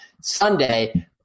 Sunday –